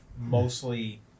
mostly